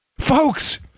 Folks